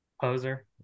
poser